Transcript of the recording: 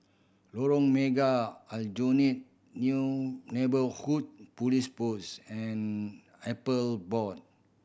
Lorong Mega Aljunied New Neighbourhood Police Post and Appeal Board